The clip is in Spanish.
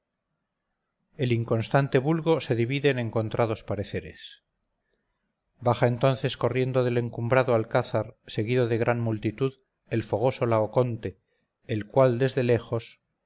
el inconstante vulgo se divide en encontrados pareceres baja entonces corriendo del encumbrado alcázar seguido de gran multitud el fogoso laoconte el cual desde lejos